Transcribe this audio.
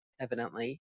evidently